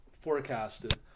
forecasted